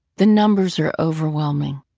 the numbers are overwhelming.